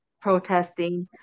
protesting